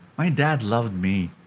my dad loved me.